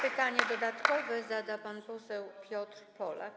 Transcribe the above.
Pytanie dodatkowe zada pan poseł Piotr Polak.